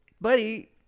buddy